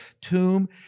tomb